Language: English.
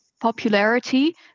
popularity